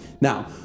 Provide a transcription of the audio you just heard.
Now